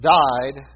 died